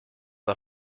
are